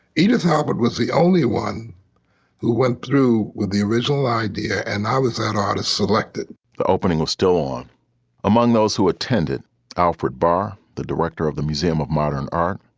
edith halberd was the only one who went through with the original idea, and i was an artist selected the opening of store um among those who attended alfred bar, the director of the museum of modern art,